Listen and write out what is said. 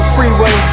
Freeway